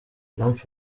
trump